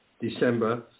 December